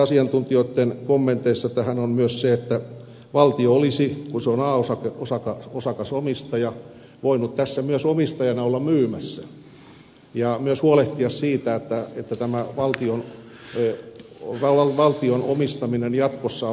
asiantuntijoitten kommenteissa tähän on myös se että valtio olisi kun se on a osakasomistaja voinut myös olla tässä omistajana myymässä ja huolehtia siitä että tämä valtion omistaminen on jatkossa vahva